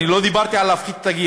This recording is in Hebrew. לא דיברתי על להפחית את הגיל.